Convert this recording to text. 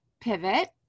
pivot